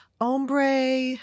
ombre